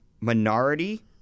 minority